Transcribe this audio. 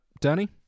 Danny